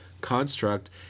construct